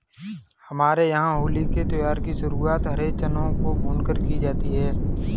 हमारे यहां होली के त्यौहार की शुरुआत हरे चनों को भूनकर की जाती है